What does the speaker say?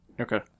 Okay